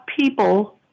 people